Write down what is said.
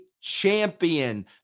champion